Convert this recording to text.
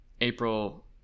april